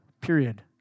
period